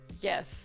Yes